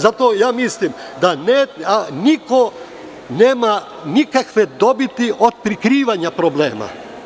Zato mislim da niko nema nikakve dobiti od prikrivanja problema.